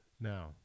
Now